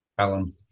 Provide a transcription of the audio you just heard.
Alan